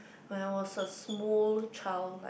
when I was a small child